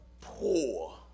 poor